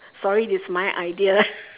sorry it's my idea